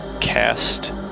cast